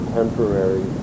temporary